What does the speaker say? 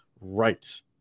Right